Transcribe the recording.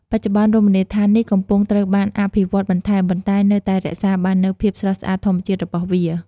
បច្ចុប្បន្ន រមណីយដ្ឋាននេះកំពុងត្រូវបានអភិវឌ្ឍបន្ថែម ប៉ុន្តែនៅតែរក្សាបាននូវភាពស្រស់ស្អាតធម្មជាតិរបស់វា។